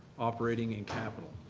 operating and capital.